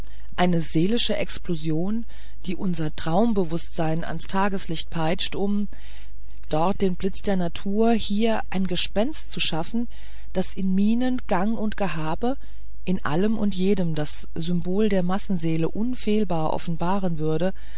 eine seelische explosion die unser traumbewußtsein ans tageslicht peitscht um dort den blitz der natur hier ein gespenst zu schaffen das in mienen gang und gehaben in allem und jedem das symbol der massenseele unfehlbar offenbaren müßte